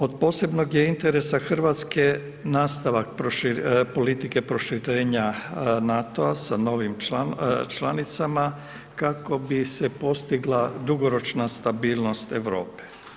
Od posebnog je interesa Hrvatske nastavak politike proširenja NATO-a sa novim članicama, kako bi se postigla dugoročna stabilnost Europe.